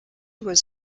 was